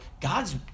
God's